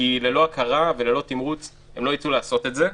כי ללא הכרה וללא תמרוץ הם לא ייצאו לעשות את זה.